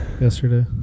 Yesterday